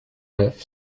neuf